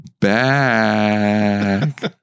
back